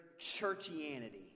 churchianity